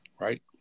right